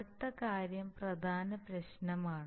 അടുത്ത കാര്യം പ്രധാന പ്രശ്നമാണ്